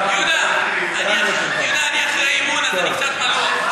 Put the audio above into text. יהודה, אני אחרי אימון אז אני קצת מלוח.